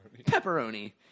Pepperoni